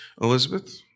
Elizabeth